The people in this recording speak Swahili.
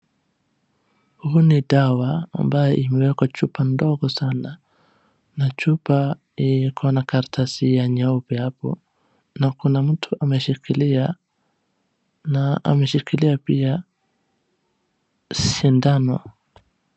Huu ni dawa ambaye imeekwa chupa ndogo sana na chupa ikona karatasi ya nyeupe hapo na kuna mtu ameshikilia na ameshikilia pia sindano.